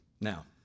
Now